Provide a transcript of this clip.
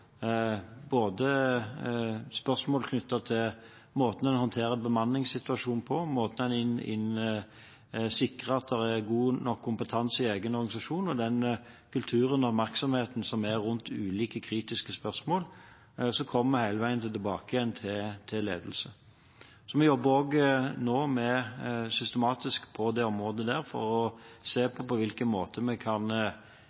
både spørsmål knyttet til måten en håndterer bemanningssituasjonen på, og måten en sikrer at det er god nok kompetanse i egen organisasjon på. Når det gjelder den kulturen og den oppmerksomheten som er rundt ulike kritiske spørsmål, kommer vi hele veien tilbake igjen til ledelse. Vi jobber nå systematisk på det området for å se på på hvilken måte vi kan